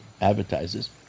advertisers